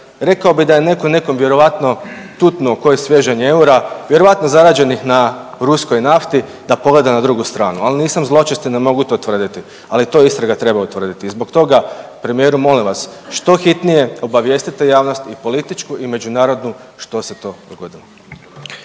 rekao bih da je netko nekom vjerojatno tutnuo koji svežanj eura, vjerojatno zarađenih na ruskoj nafti da pogleda na drugu stranu, ali nisam zločest i ne mogu to tvrditi, ali to istraga treba utvrditi. I zbog toga premijeru molim vas što hitnije obavijestite javnost i političku i međunarodnu što se to dogodilo.